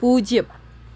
പൂജ്യം